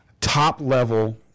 top-level